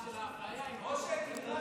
אתה רוצה להרגיע אותנו?